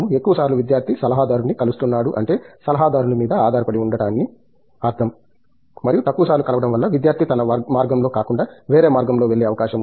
ఎక్కువసార్లు విద్యార్థి సలహాదారుడిని కలుస్తున్నాడు అంటే సలహాదారుని మీద ఆధారపడి ఉంటాడని అర్ధం మరియు తక్కువసార్లు కలవడం వల్ల విద్యార్థి తన మార్గం లో కాకుండా వేరే మార్గం లో వెళ్లే అవకాశం ఉంది